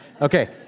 Okay